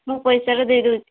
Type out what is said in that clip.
ମୁଁ ପଇସାଟା ଦେଇଦେଉଛି